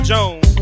Jones